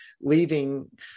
leaving